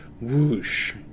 whoosh